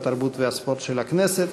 התרבות והספורט של הכנסת.